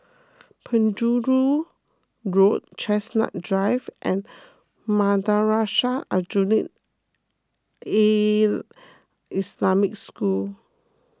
Penjuru Road Chestnut Drive and Madrasah Aljunied Al Islamic School